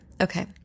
Okay